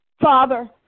Father